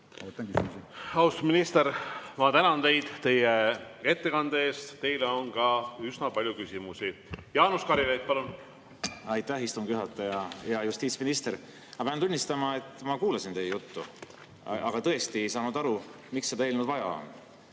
Austatud minister, ma tänan teid teie ettekande eest! Teile on ka üsna palju küsimusi. Jaanus Karilaid, palun! Aitäh, istungi juhataja! Hea justiitsminister! Ma pean tunnistama, et ma kuulasin teie juttu, aga tõesti ei saanud aru, miks seda eelnõu vaja on.